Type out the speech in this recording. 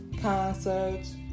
concerts